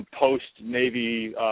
post-Navy